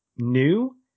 new